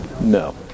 No